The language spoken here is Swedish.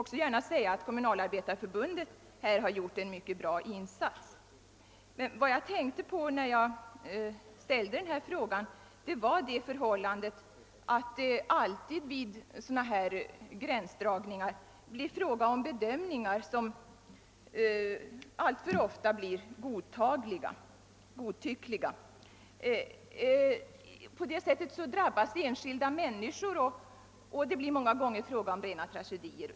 Kommunalarbetareförbundet har här gjort en mycket god insats. Vad jag tänkte på när jag ställde min fråga var det förhållandet att det alltid vid gränsdragningar blir fråga om bedömningar, som alltför ofta blir godtyckliga. På det sättet drabbas många människor, och det utspelas många gånger rena tragedier.